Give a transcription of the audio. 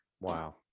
wow